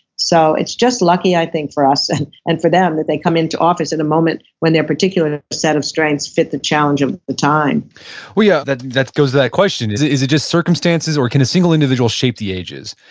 so it's just lucky i think for us, and and for them that they come into office at the moment when their particular set of strengths fit the challenge of the time yeah that that goes to that question, is it is it just circumstances, or can a single individual shape the ages?